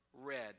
red